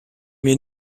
mir